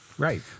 Right